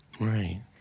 right